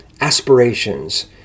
aspirations